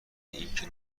اینکه